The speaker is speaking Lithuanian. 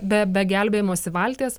be be gelbėjimosi valties